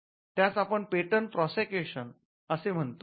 त्यास आपण patent prosecution patent प्रक्रिया असे म्हणतो